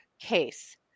case